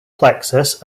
plexus